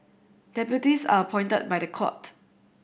deputies are appointed by the court